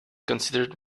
considered